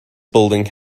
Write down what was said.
building